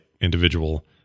individual